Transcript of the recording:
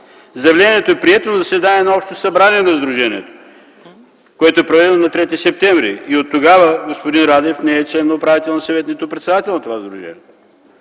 Заявлението е прието на заседание на Общото събрание на сдружението, което е проведено на 3 септември, и оттогава господин Радев не е член на Управителния съвет, нито председател на това сдружение.